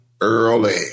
early